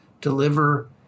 deliver